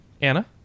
Anna